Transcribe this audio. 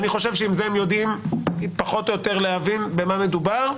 אני חושב שעם זה הם יודעים פחות או יותר להבין במה מדובר.